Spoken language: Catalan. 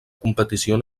competició